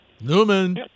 Newman